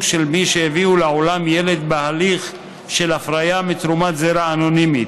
של מי שהביאו לעולם ילד בהליך של הפריה מתרומת זרע אנונימית.